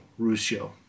Ruscio